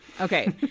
okay